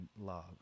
love